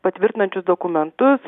patvirtinančius dokumentus